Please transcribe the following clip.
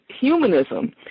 humanism